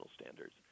standards